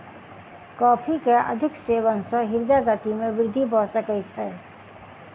coffee के अधिक सेवन सॅ हृदय गति में वृद्धि भ सकै छै